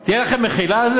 אבל לא רשמיים?